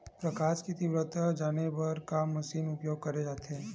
प्रकाश कि तीव्रता जाने बर का मशीन उपयोग करे जाथे?